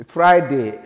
Friday